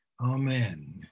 amen